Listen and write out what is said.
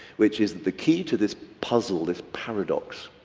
which is the key to this puzzle, this paradox,